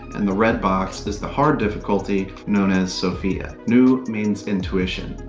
and the red box is the hard difficulty, known as sophia. nous means intuition.